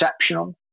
exceptional